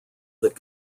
that